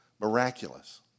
Miraculous